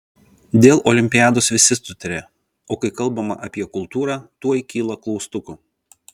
dėl olimpiados visi sutaria o kai kalbama apie kultūrą tuoj kyla klaustukų